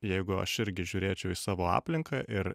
jeigu aš irgi žiūrėčiau į savo aplinką ir